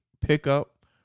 pickup